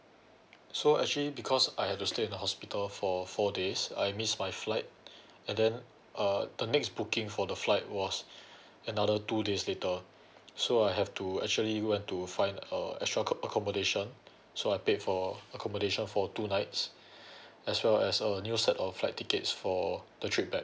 so actually because I had to stay in the hospital for four days I missed my flight and then uh the next booking for the flight was another two days later so I have to actually went to find uh extra com~ accommodation so I paid for accommodation for two nights as well as a new set of flight tickets for the trip back